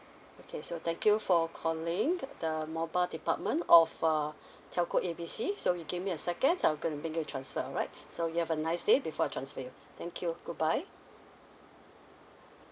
okay so thank you for calling the mobile department of uh telco A B C so you give me a second I'm gonna make you a transfer alright so you have a nice day before I transfer you thank you goodbye